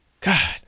God